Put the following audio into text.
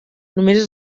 només